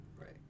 right